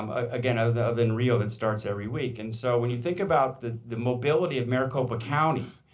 ah again, other than rio that starts every week. and so when you think about the the mobility of maricopa county